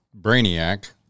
brainiac